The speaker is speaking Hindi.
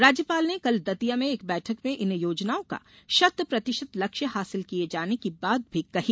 राज्यपाल ने कल दतिया में एक बैठक में इन योजनाओं का शत प्रतिशत लक्ष्य हासिल किये जाने की बात भी कही